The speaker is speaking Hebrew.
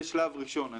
זה שלב ראשון.